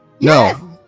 No